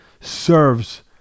serves